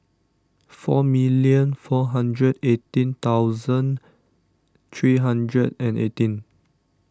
four million four hundred eighteen thousand three hundred and eighteen